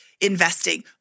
investing